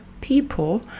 people